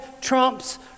trumps